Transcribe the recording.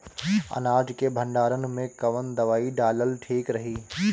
अनाज के भंडारन मैं कवन दवाई डालल ठीक रही?